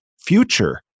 future